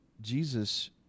Jesus